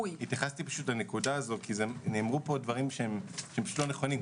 התייחסתי לנקודה הזו כי נאמרו פה דברים לא נכונים,